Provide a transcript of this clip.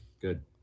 good